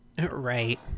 Right